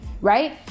Right